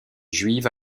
juive